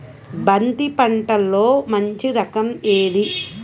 బంతి పంటలో మంచి రకం ఏది?